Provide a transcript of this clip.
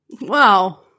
Wow